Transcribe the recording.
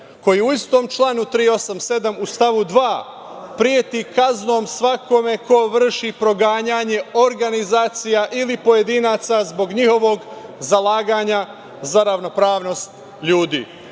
koji u istom članu 387. u stavu 2. preti kaznom svakome ko vrši proganjanje organizacija ili pojedinaca zbog njihovog zalaganja za ravnopravnost ljudi.